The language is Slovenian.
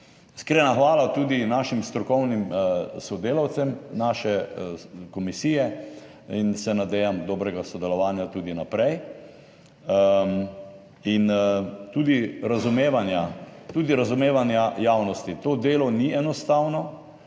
Iskrena hvala tudi našim strokovnim sodelavcem naše komisije in se nadejam dobrega sodelovanja tudi naprej in tudi razumevanja javnosti. To delo ni enostavno,